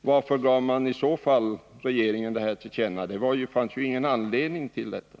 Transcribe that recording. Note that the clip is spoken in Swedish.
Vad var i så fall anledningen till att man gav regeringen detta till känna? Det fanns ju ingen orsak att göra det.